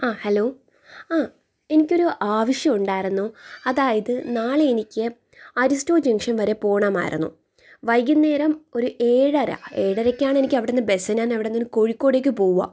ആ ഹലോ ആ എനിക്കൊരു ആവശ്യമുണ്ടായിരുന്നു അതായത് നാളെ എനിക്ക് അരിസ്റ്റോ ജംഗ്ഷൻ വരെ പോകണമായിരുന്നു വൈകുന്നേരം ഒരു ഏഴര ഏഴരയ്ക്കാണ് എനിക്ക് അവിടെ നിന്ന് ബസ് ഞാൻ അവിടെ നിന്ന് കോഴിക്കോടേയ്ക്ക് പോവാണ്